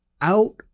out